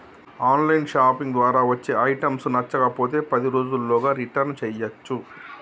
on line shopping ద్వారా వచ్చే items నచ్చకపోతే పది రోజుల్లోగా రిటర్న్ చేయ్యచ్చు